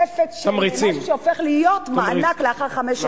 תוספת של משהו שהופך להיות מענק לאחר חמש שנים.